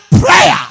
prayer